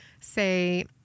say